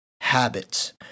habits